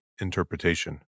interpretation